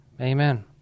amen